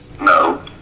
No